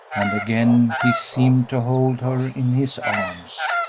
and again he seemed to hold her in his arms,